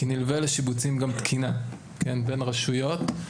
כי לשיבוצים נלווית גם תקינה בין רשויות.